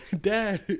dad